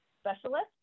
specialist